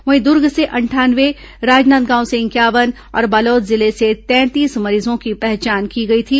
वहीं दुर्ग से अंठानवे राजनांदगांव से इंक्यावन और बालोद जिले से तैंतीस मरीजों की पहचान की गई थी